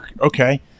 okay